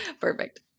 Perfect